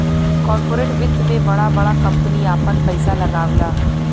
corporate वित्त मे बड़ा बड़ा कम्पनी आपन पइसा लगावला